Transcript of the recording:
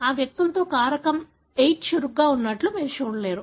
ఈ వ్యక్తులలో కారకం VIII చురుకుగా ఉన్నట్లు మీరు చూడలేరు